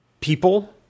people